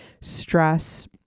stress